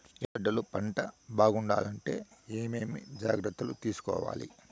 ఎర్రగడ్డలు పంట బాగుండాలంటే ఏమేమి జాగ్రత్తలు తీసుకొవాలి?